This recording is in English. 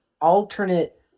alternate